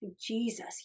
Jesus